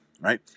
right